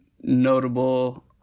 notable